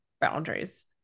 boundaries